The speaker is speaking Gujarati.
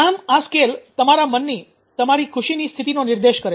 આમ આ સ્કેલ તમારા મનની તમારી ખુશીની સ્થિતિનો નિર્દેશ કરે છે